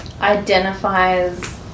identifies